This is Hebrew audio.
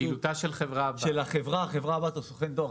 הוא מתייחס לפעילותה של חברה הבת או לסוכן דואר.